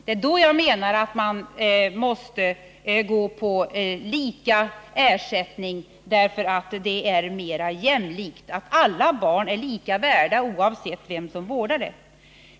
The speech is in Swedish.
I det sistnämnda skedet menar jag att lika ersättning är mera jämlikt — alla barn är lika värda oavsett vem som vårdar dem.